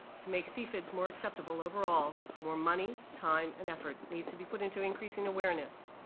to make cfids more acceptable. overall, more money, time and effort needs to be put into increasing awareness.